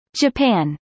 Japan